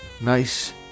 Nice